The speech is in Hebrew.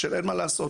אין מה לעשות,